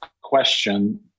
question